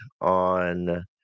on